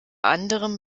anderem